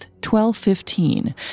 1215